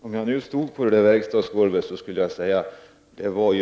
Fru talman! Om jag stod på verkstadsgolvet skulle jag säga: ”Det var ju.